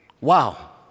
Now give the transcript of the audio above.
Wow